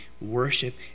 worship